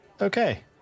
Okay